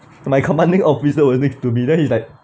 my commanding officer was next to me then he's like